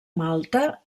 malta